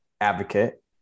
advocate